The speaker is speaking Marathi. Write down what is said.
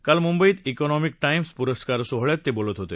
काल मुंबईत क्रॉनॉमिक टाईम्स पुरस्कार सोहळ्यात ते बोलत होते